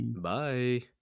Bye